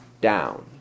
down